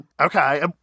Okay